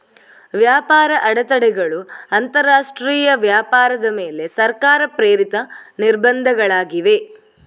ವ್ಯಾಪಾರ ಅಡೆತಡೆಗಳು ಅಂತರಾಷ್ಟ್ರೀಯ ವ್ಯಾಪಾರದ ಮೇಲೆ ಸರ್ಕಾರ ಪ್ರೇರಿತ ನಿರ್ಬಂಧಗಳಾಗಿವೆ